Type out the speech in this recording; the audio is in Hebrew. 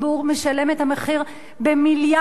הציבור משלם את המחיר במיליארדים?